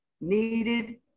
needed